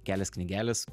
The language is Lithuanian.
kelias knygeles